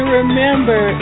remember